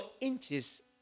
inches